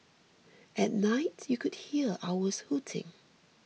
at night you could hear owls hooting